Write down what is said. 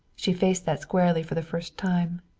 she faced that squarely for the first time.